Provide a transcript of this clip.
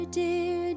dear